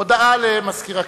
הודעה למזכיר הכנסת.